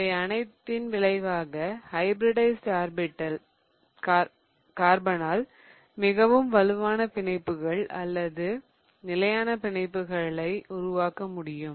இவை அனைத்தின் விளைவாக ஹைபிரிடைஸிட் கார்பனால் மிகவும் வலுவான பிணைப்புகள் அல்லது நிலையான பிணைப்புகளை உருவாக்க முடியும்